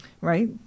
Right